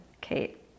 Kate